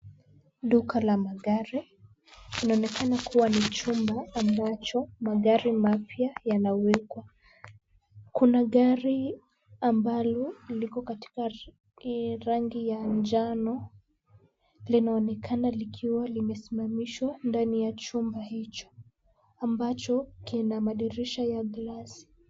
Duka la magari, linaonekana kuwa ni chumba ambacho magari mapya yanawekwa. Kuna gari ambalo liko katika rangi ya njano. Linaonekana likiwa limesimamishwa ndani ya chumba hicho ambacho kina madirisha ya glesi.